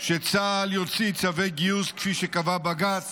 שצה"ל יוציא צווי גיוס כפי שקבע בג"ץ